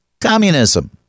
communism